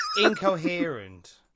incoherent